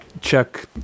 check